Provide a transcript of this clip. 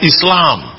Islam